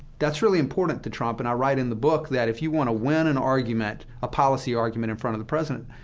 that's really important to trump, and i write in the book that, if you want to win an argument, a policy argument in front of the president,